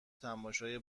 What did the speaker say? تماشای